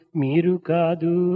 mirukadu